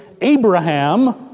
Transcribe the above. Abraham